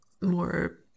more